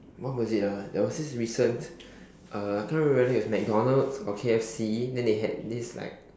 what was it ah there was this recent uh I cannot remember whether it was MacDonald's or K_F_C then they had this like